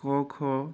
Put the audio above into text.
ক খ